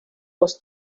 was